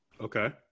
okay